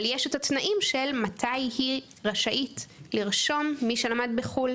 אבל יש התנאים של מתי היא רשאית לרשום מי שלמד בחו"ל,